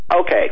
okay